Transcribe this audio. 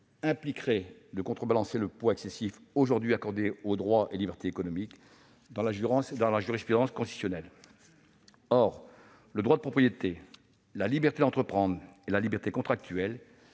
impliquerait de contrebalancer le poids excessif accordé aujourd'hui aux droits et libertés économiques dans la jurisprudence constitutionnelle. Or le droit de propriété, la liberté d'entreprendre et la liberté contractuelle,